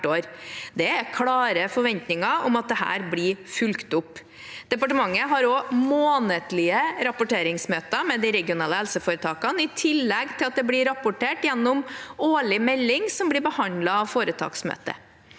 Det er klare forventninger om at dette blir fulgt opp. Departementet har også månedlige rapporteringsmøter med de regionale helseforetakene, i tillegg til at det blir rapportert gjennom årlig melding som blir behandlet av foretaksmøtet.